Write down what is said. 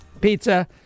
pizza